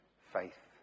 faith